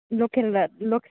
local